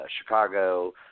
Chicago